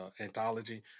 anthology